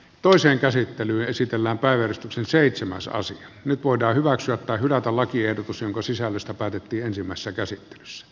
toisen käsittely esitellään päivystyksen seitsemän saisi nyt voidaan hyväksyä tai hylätä lakiehdotus jonka sisällöstä päätettiin ensimmäisessä käsittelyssä